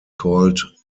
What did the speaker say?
called